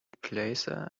plaza